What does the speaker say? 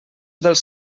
dels